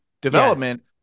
development